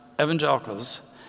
evangelicals